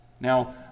Now